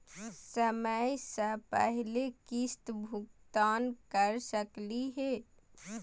समय स पहले किस्त भुगतान कर सकली हे?